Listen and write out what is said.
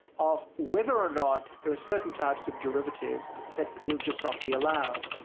of whether or not there are certain types of derivatives that will just not be allowed.